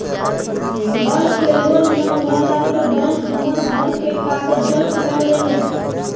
घर के लोन न भरला पर बैंक हमर घर के कागज जब्त कर लेलई